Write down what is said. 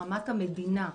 ברמת המדינה,